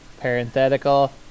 parenthetical